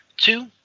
two